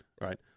right